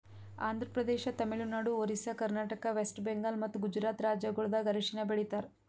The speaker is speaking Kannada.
ಆಂಧ್ರ ಪ್ರದೇಶ, ತಮಿಳುನಾಡು, ಒರಿಸ್ಸಾ, ಕರ್ನಾಟಕ, ವೆಸ್ಟ್ ಬೆಂಗಾಲ್ ಮತ್ತ ಗುಜರಾತ್ ರಾಜ್ಯಗೊಳ್ದಾಗ್ ಅರಿಶಿನ ಬೆಳಿತಾರ್